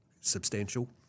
substantial